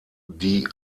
die